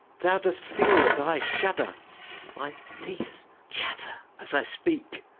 thou dost feel that i shudder my teeth chatter as i speak,